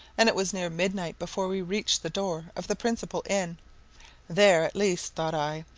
and it was near midnight before we reached the door of the principal inn there, at least, thought i,